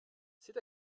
c’est